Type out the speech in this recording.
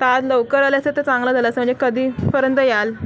तर आज लवकर आल्याचं तर चांगलं झालायचं म्हणजे कधीपर्यंत याल